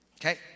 Okay